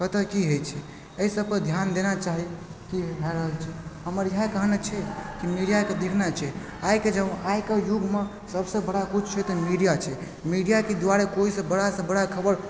कतऽ की होइ छै अइ सबपर ध्यान देना चाही की भए रहल छै हमर इएह कहनाइ छै कि मीडियाके देखना चाही आइके ज आइके युगमे सब सँ बड़ा किछु छै तऽ मीडिया छै मीडियाके दुआरा कोइ से बड़ा से बड़ा खबर